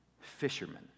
fishermen